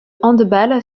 handball